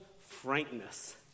frankness